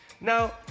Now